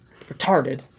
Retarded